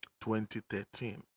2013